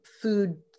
food